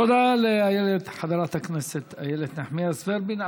תודה לחברת הכנסת איילת נחמיאס ורבין.